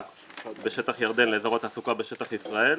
בשטח ירדן לאזור התעסוקה בשטח ישראל,